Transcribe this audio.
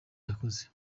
yakoze